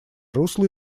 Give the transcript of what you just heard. русло